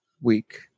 week